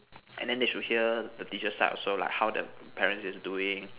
and then they should hear the teacher's side also like how the parents is doing